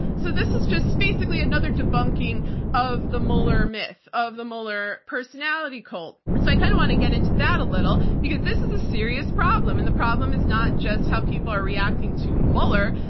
so this is just basically another debunking of the mueller myth, of the mueller personality cult. and so i kind of want to get into that a little, because this is a serious problem, and the problem is not just how people are reacting to mueller,